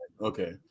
Okay